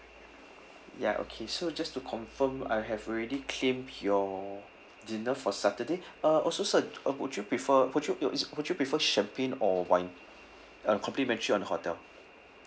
ya okay so just to confirm I have already claimed your dinner for saturday uh also sir uh would you prefer would you uh is would you prefer champagne or wine uh complementary on hotel